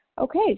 Okay